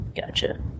Gotcha